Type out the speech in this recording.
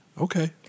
Okay